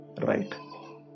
right